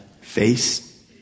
face